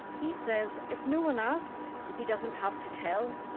he says if no one asks, he doesn't have to tell.